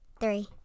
Three